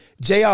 Jr